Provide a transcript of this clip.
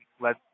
let